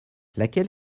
laquelle